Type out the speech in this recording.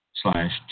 slash